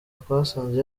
twasanze